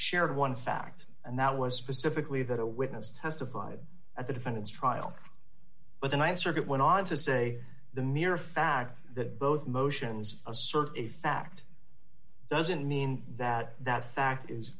shared one fact and that was specifically that a witness testified at the defendant's trial but the th circuit went on to say the mere fact that both motions assert a fact doesn't mean that that fact is